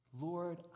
Lord